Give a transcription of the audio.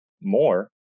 more